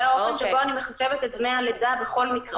זה האופן שבו אני מחשבת את דמי הלידה בכל מקרה.